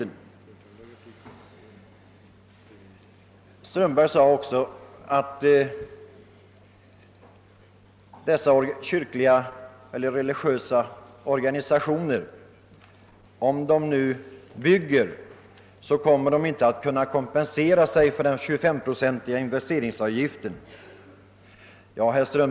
Herr Strömberg sade också att dessa religiösa organisationer, om de ändå bygger, inte kommer att kunna kompensera sig för den 25-procentiga investeringsavgiften.